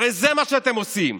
הרי זה מה שאתם עושים.